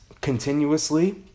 continuously